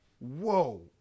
whoa